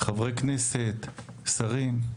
חברי כנסת, שרים.